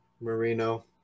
Marino